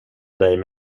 dig